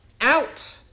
Out